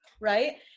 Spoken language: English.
right